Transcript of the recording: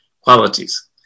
qualities